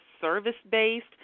service-based